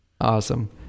Awesome